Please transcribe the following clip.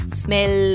smell